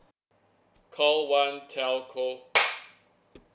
call one telco